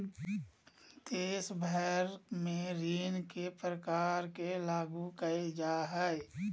देश भर में ऋण के प्रकार के लागू क़इल जा हइ